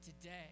Today